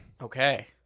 Okay